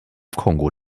kongo